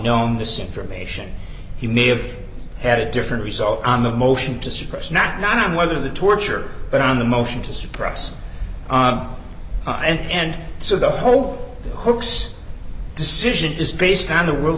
no misinformation he may have had a different result on the motion to suppress not not on whether the torture but on the motion to suppress on and so the whole hoax decision is based on the world